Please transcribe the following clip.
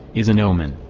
is a noumen.